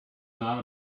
not